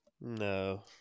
no